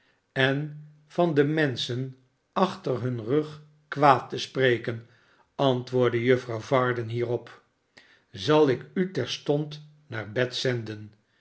en van de menschen achter hun rug kwaad te spreken antwoordde juffrouw varden hierop zal ik u terstond naar bed zenden